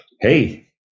hey